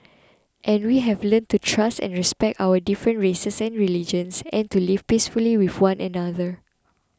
and we have learnt to trust and respect our different races and religions and to live peacefully with one another